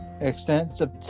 extensive